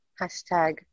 Hashtag